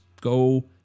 go